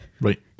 right